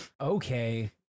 Okay